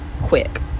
quick